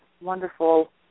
wonderful